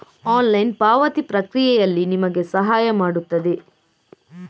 online ಪಾವತಿ ಪ್ರಕ್ರಿಯೆಯಲ್ಲಿ ನಿಮಗೆ ಸಹಾಯ ಮಾಡುತ್ತದೆ